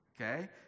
Okay